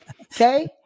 Okay